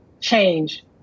change